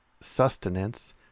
sustenance